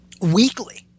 weekly